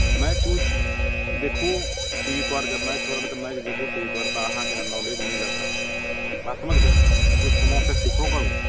match उच देखू TV पर जब मैच हो रहल अछि तऽ मैच देखू टी वी पर तऽ अहाँके नॉलेज मिलत बात समझली कुछ हमरा सँ सिखबो करू